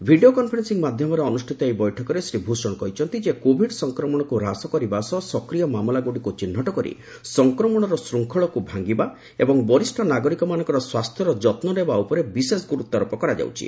video conferencing ମାଧ୍ୟମରେ ଅନୁଷ୍ଠିତ ଏହି ବୈଠକରେ ଶ୍ରୀ ଭୂଷଣ କହିଚ୍ଚନ୍ତି ଯେ କୋଭିଡ ସଫକ୍ରମଣକୁ ହ୍ରାସ କରିବା ସହ ସକ୍ରିୟ ମାମଲାଗୁଡିକୁ ଚିହ୍ନଟ କରି ସଂକ୍ରମଣର ଶୃଙ୍ଖଳକୁ ଭାଙ୍ଗିବା ଏବଂ ବରିଷ୍ଣ ନାଗରିକମାନଙ୍କର ସ୍ୱାସ୍ଥ୍ୟର ଯତ୍ନନେବା ଉପରେ ବିଶେଷ ଗୁରୁତ୍ୱାରୋପ କରାଯାଉଛି